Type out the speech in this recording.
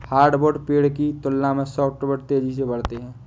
hardwood पेड़ की तुलना में सॉफ्टवुड तेजी से बढ़ते हैं